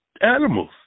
animals